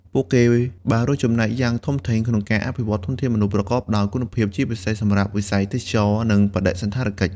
ពួកគេបានរួមចំណែកយ៉ាងធំធេងក្នុងការអភិវឌ្ឍធនធានមនុស្សប្រកបដោយគុណភាព ជាពិសេសសម្រាប់វិស័យទេសចរណ៍ និងបដិសណ្ឋារកិច្ច។